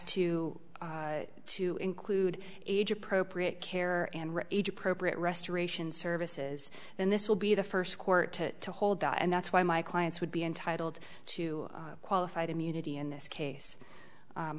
to to include age appropriate care and age appropriate restoration services and this will be the first court to hold that and that's why my clients would be entitled to qualified immunity in this case